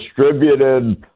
Distributed